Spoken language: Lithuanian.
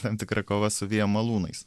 tam tikra kova su vėjo malūnais